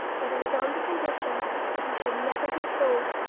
but it was on the condition that he should never be sold,